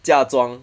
嫁妆